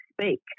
speak